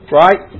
right